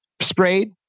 sprayed